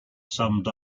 summed